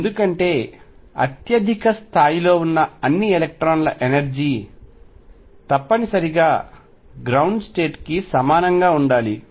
ఎందుకంటే అత్యధిక స్థాయిలో ఉన్న అన్ని ఎలక్ట్రాన్ల ఎనర్జీ తప్పనిసరిగా గ్రౌండ్ స్టేట్ కి సమానంగా ఉండాలి